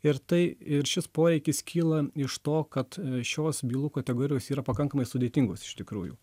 ir tai ir šis poreikis kyla iš to kad šios bylų kategorijos yra pakankamai sudėtingos iš tikrųjų